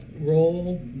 Roll